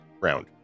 round